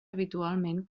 habitualment